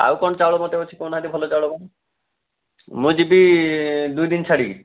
ଆଉ କ'ଣ ଚାଉଳ ମୋତେ ଅଛି କହୁନାହାନ୍ତି ଭଲ ଚାଉଳ କ'ଣ ମୁଁ ଯିବି ଦୁଇଦିନ ଛାଡ଼ିକି